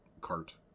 cart